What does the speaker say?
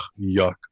yuck